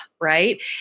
Right